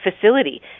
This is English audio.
facility